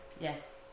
Yes